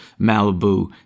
Malibu